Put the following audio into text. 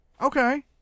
okay